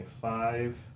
five